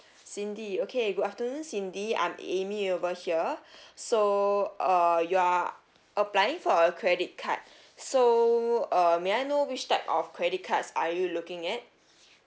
cindy okay good afternoon cindy I'm amy over here so uh you are applying for a credit card so uh may I know which type of credit cards are you looking at